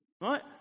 Right